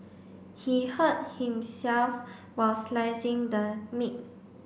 he hurt himself while slicing the meat